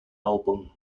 album